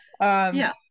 Yes